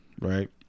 right